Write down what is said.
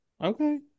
Okay